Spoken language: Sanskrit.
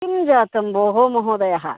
किं जातं भोः महोदयः